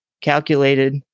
calculated